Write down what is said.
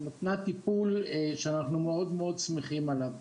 היא נתנה טיפול שאנחנו מאוד שמחים עליו.